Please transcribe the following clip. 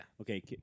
Okay